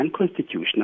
unconstitutional